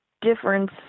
difference